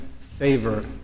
favor